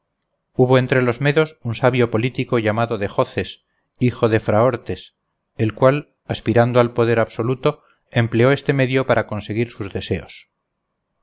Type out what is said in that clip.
hubo entre los medos un sabio político llamado dejoces hijo de fraortes el cual aspirando al poder absoluto empleó este medio para conseguir sus deseos